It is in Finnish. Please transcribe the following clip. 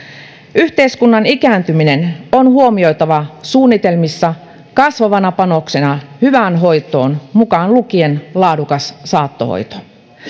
yhteiskunnan ikääntyminen on huomioitava suunnitelmissa kasvavana panoksena hyvään hoitoon mukaan lukien laadukas saattohoito